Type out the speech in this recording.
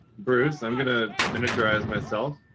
bruce, i'm going ah miniaturize myself.